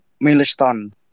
milestone